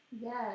yes